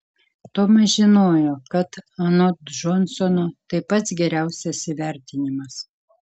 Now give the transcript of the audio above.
tomas žinojo kad anot džonsono tai pats geriausias įvertinimas